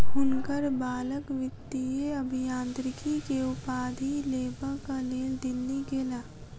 हुनकर बालक वित्तीय अभियांत्रिकी के उपाधि लेबक लेल दिल्ली गेला